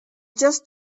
just